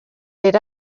let